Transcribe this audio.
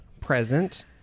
present